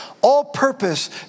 all-purpose